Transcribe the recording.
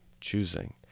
choosing